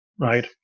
right